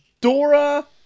Dora